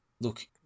Look